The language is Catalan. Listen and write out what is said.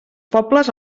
pobles